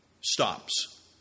stops